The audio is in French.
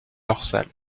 dorsale